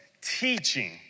teaching